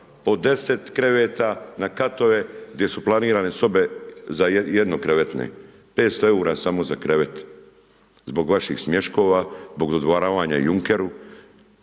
po 10 kreveta na katove gdje su planirane sobe za jednokrevetne 500 EUR-a samo za krevet, zbog vaših smješkova zbog dodvoravanja Junkeru,